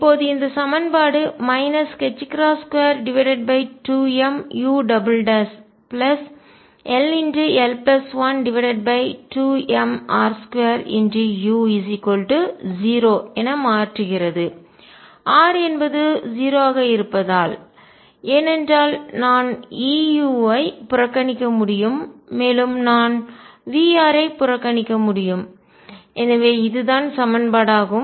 இப்போது இந்த சமன்பாடு 22mull12mr2u0 என மாற்றுகிறது r என்பது 0 ஆக இருப்பதால் ஏனென்றால் நான் E u ஐ புறக்கணிக்க முடியும் மேலும் நான் Vr ஐ புறக்கணிக்க முடியும் எனவே இதுதான் சமன்பாடாகும்